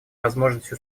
возможности